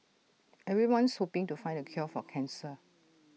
everyone's hoping to find the cure for cancer